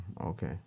Okay